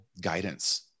guidance